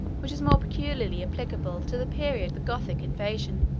which is more peculiarly applicable to the period the gothic invasion.